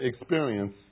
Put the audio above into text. experience